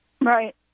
Right